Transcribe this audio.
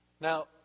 Now